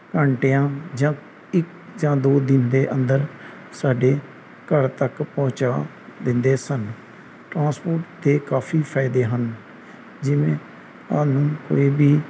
ਘੰਟਿਆਂ ਜਾਂ ਇੱਕ ਜਾਂ ਦੋ ਦਿਨ ਦੇ ਅੰਦਰ ਸਾਡੇ ਘਰ ਤੱਕ ਪਹੁੰਚਾ ਦਿੰਦੇ ਸਨ ਟਰਾਂਸਪੋਰਟ ਦੇ ਕਾਫ਼ੀ ਫਾਇਦੇ ਹਨ ਜਿਵੇਂ ਤੁਹਾਨੂੰ ਕੋਈ ਵੀ